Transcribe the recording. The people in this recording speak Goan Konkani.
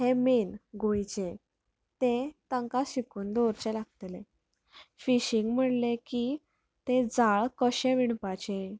हें मेन गोंयचें तें तांकां शिकोवन दवरचें लागतलें फिशिंग म्हणलें की तें जाळ कशें विणपाचें